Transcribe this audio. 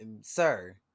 Sir